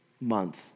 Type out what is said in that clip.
month